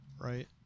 right